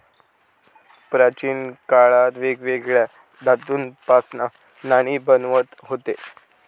प्राचीन काळात वेगवेगळ्या धातूंपासना नाणी बनवत हुते